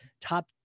top